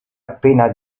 appena